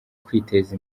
kwiteza